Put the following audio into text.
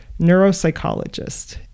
neuropsychologist